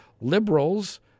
liberals